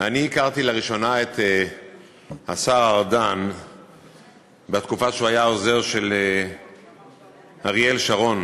אני הכרתי לראשונה את השר ארדן בתקופה שהוא היה עוזר של אריאל שרון,